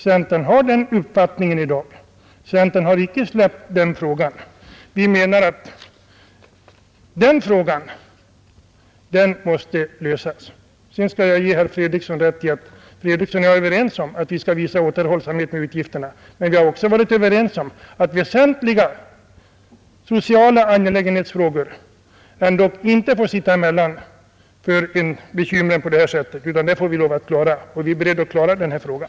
Centern har den uppfattningen i dag — centern har icke släppt den frågan. Vi menar att frågan om sänkning av pensionsåldern måste lösas. Herr Fredriksson har rätt när han säger att han och jag är överens om att vi skall visa återhållsamhet med utgifterna. Men vi har också varit överens om att lösningen av angelägna sociala frågor ändå inte får sitta emellan på grund av dagens ekonomiska bekymmer, utan dessa frågor måste vi klara. Och vi i centern är beredda att klara den här frågan.